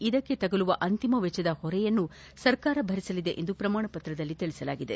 ಇದಕ್ಕೆ ತಗುಲುವ ಅಂತಿಮ ವೆಚ್ಚದ ಹೊರೆಯನ್ನು ಸರ್ಕಾರ ಭರಿಸಲಿದೆ ಎಂದು ಪ್ರಮಾಣ ಪತ್ರದಲ್ಲಿ ತಿಳಿಸಿದೆ